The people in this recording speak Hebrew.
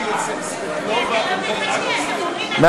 כי אתה לא מחכה, אתה, יואל, יש לך כאן טעות.